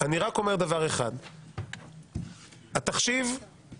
אני רק אומר שהתחשיב יצר